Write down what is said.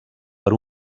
per